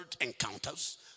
encounters